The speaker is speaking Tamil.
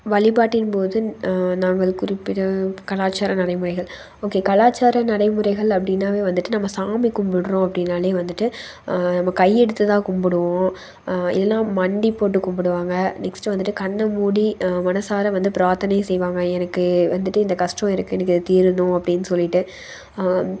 வழிப்பாட்டின் போது நாங்கள் குறிப்பிட்ட கலாச்சார நடைமுறைகள் ஓகே கலாச்சார நடைமுறைகள் அப்படின்னாவே வந்துட்டு நம்ம சாமி கும்பிட்றோம் அப்படினாலே வந்துட்டு நம்ம கையெடுத்துதான் கும்பிடுவோம் இல்லைன்னா மண்டி போட்டு கும்பிடுவாங்க நெக்ஸ்ட்டு வந்துட்டு கண்ணை மூடி மனசார வந்து பிரார்த்தனை செய்வாங்க எனக்கு வந்துட்டு இந்த கஷ்டம் இருக்குது எனக்கு இது தீரணும் அப்படினு சொல்லிகிட்டு